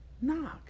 knock